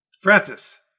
Francis